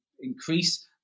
increase